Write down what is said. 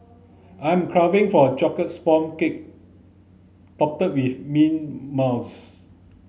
I'm craving for a chocolate sponge cake topped with mint mousse